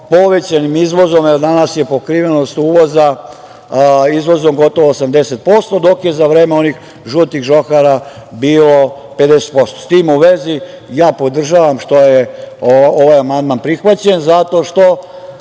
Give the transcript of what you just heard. povećanim izvozom, jer danas je pokriveno izvozom gotovo 80%, dok je za vreme onih žutih žohara bilo 50%.S tim u vezi, podržavam što je ovaj amandman prihvaćen, zato što